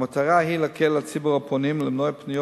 המטרה היא להקל על ציבור הפונים ולמנוע פניות